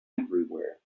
everywhere